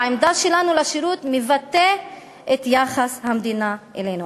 העמדה שלנו לגבי השירות מבטאת את יחס המדינה אלינו.